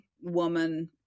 woman